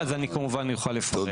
כשנגיע לסעיפים אז אני כמובן אוכל לפרט.